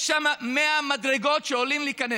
יש שם 100 מדרגות שעולים כדי להיכנס.